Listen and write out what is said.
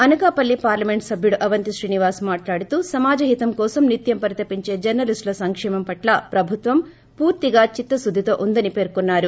Anakapalli parliament సభ్యుడు అవంతి శ్రీనివాస్ మాట్లాడుతూ సమాజ హితం కోసం నిత్యం పరితపించే జర్ప లిస్టుల సంకేమం పట్ల ప్రభుత్వం పూర్తిగా చిత్తశుద్దితో వుందని పేర్కొన్నారు